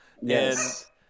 Yes